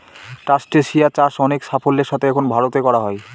ট্রাস্টেসিয়া চাষ অনেক সাফল্যের সাথে এখন ভারতে করা হয়